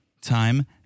time